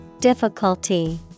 Difficulty